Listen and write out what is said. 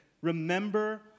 remember